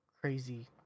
crazy